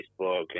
Facebook